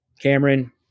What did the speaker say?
Cameron